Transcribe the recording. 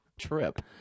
trip